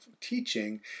teaching